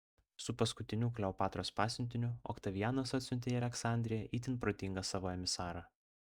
su paskutiniu kleopatros pasiuntiniu oktavianas atsiuntė į aleksandriją itin protingą savo emisarą